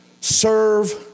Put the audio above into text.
serve